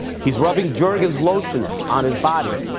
he's rubbing jergens lotion on his body,